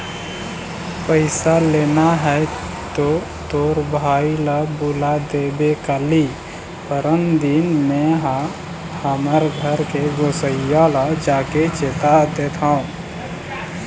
पइसा लेना हे तो तोर भाई ल बुला देबे काली, परनदिन में हा हमर घर के गोसइया ल जाके चेता देथव